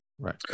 Right